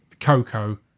Coco